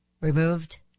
removed